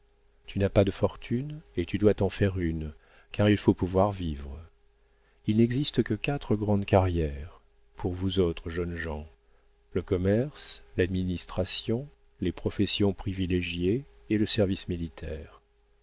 tu n'as pas de fortune et tu dois t'en faire une car il faut pouvoir vivre il n'existe que quatre grandes carrières pour vous autres jeunes gens le commerce l'administration les professions privilégiées et le service militaire